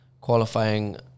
qualifying